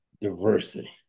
diversity